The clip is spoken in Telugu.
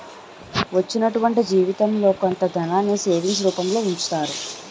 వచ్చినటువంటి జీవితంలో కొంత ధనాన్ని సేవింగ్స్ రూపంలో ఉంచుతారు